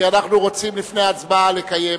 אנחנו רוצים לקיים